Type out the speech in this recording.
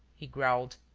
he growled.